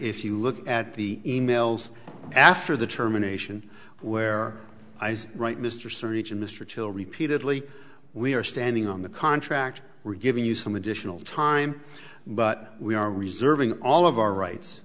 if you look at the e mails after the terminations where i was right mr surgeon mr chill repeatedly we are standing on the contract we're giving you some additional time but we are reserving all of our rights